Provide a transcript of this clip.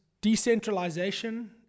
decentralization